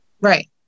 Right